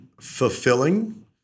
fulfilling